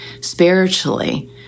spiritually